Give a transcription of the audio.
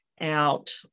out